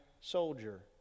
soldier